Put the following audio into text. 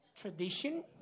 tradition